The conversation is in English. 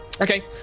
okay